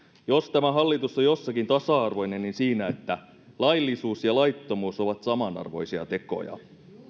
jos tämä hallitus on jossakin tasa arvoinen niin siinä että laillisuus ja laittomuus ovat samanarvoisia tekoja